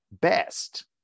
best